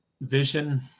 vision